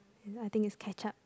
I think is ketchup